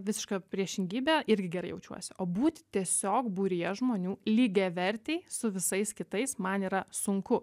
visiška priešingybė irgi gerai jaučiuosi o būti tiesiog būryje žmonių lygiavertei su visais kitais man yra sunku